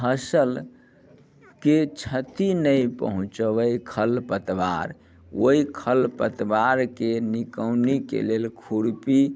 फसलके छति नहि पहुँचबै खर पतवार ओहि खर पतवारके निकौनीके लेल खुरपी